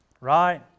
right